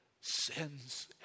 sins